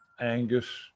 Angus